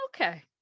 okay